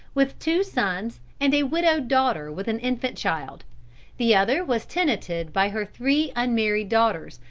with two sons and a widowed daughter with an infant child the other was tenanted by her three unmarried daughters,